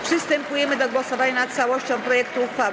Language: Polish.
Przystępujemy do głosowania nad całością projektu uchwały.